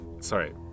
sorry